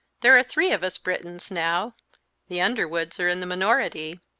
there are three of us brittons now the underwoods are in the minority.